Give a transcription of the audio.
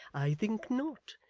i think not.